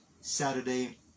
Saturday